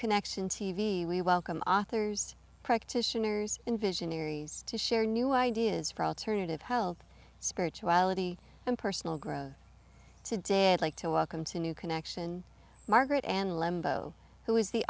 connection t v we welcome authors practitioners in visionaries to share new ideas for alternative health spirituality and personal growth today i'd like to welcome to new connection margaret ann lembo who is the